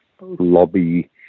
lobby